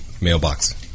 mailbox